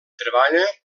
treballa